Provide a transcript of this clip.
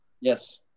yes